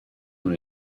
dans